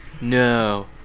No